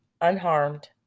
unharmed